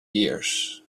years